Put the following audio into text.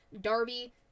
Darby